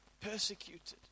persecuted